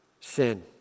sin